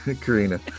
Karina